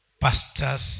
Pastors